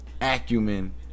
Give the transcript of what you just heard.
acumen